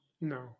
no